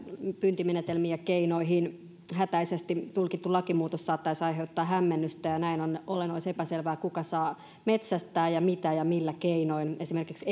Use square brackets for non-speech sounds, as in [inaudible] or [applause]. pyyntimenetelmiin ja keinoihin hätäisesti tulkittu lakimuutos saattaisi aiheuttaa hämmennystä ja näin ollen ollen olisi epäselvää kuka saa metsästää ja mitä ja millä keinoin esimerkiksi [unintelligible]